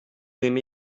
aimée